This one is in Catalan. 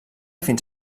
fins